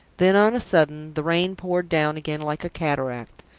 then on a sudden the rain poured down again like a cataract,